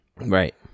right